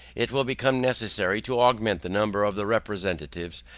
it will become necessary to augment the number of the representatives,